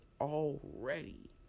already